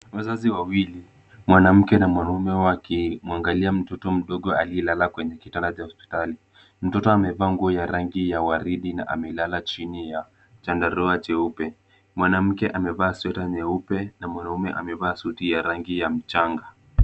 Wazazi wawili, mwanamke na mwanamume wakimwangalia mtoto mdogo aliyelala kwenye kitanda cha hospitali, mtoto amevaa nguo ya rangi ya waridi na amelala chini ya chandarua cheupe, mwanamke amevaa sweta nyeupe na mwanamume amevaa suti ya rangi ya mchanga.